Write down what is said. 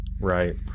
Right